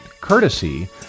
courtesy